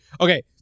okay